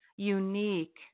unique